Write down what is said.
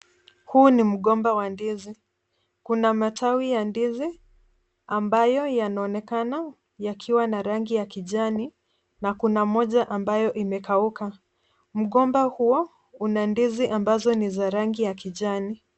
Huu ni mgomba wa ndizi ,Kuna matawi ya ndizi, ambayo yanaonekana yakiwa na rangi ya kijani, na kuna moja ambayo imekauka. Mgomba huo una ndizi ambazo ni za rangi ya kijani.